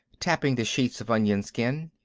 tapping the sheets of onion-skin.